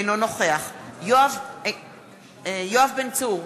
אינו נוכח יואב בן צור,